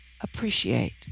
appreciate